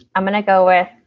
i'm going to go with